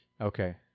Okay